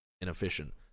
inefficient